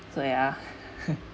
so ya